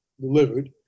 delivered